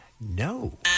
No